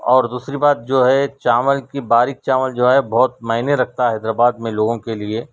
اور دوسری بات جو ہے چاول کہ باریک چاول جو ہے بہت معنے رکھتا حیدرآباد میں لوگوں کے لیے